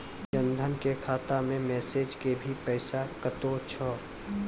जन धन के खाता मैं मैसेज के भी पैसा कतो छ?